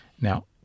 Now